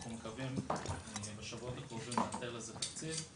אנחנו מקווים בשבועות הקרובים למצוא לזה תקציב.